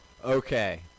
Okay